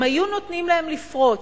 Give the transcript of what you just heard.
אם היו נותנים להם לפרוס,